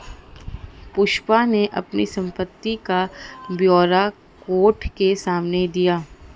पुष्पा ने अपनी संपत्ति का ब्यौरा कोर्ट के सामने दिया